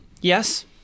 Yes